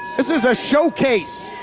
this is a showcase!